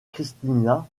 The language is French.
christina